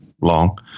long